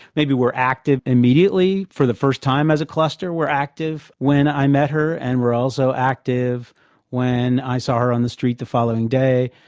maybe we're active immediately, for the first time as a cluster we're active when i met her, and we're also active when i saw her on the street the following day,